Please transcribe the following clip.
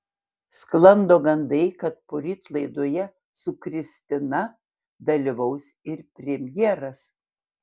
sklando gandai kad poryt laidoje su kristina dalyvaus ir premjeras